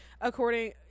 according